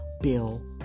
Bill